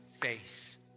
face